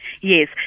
Yes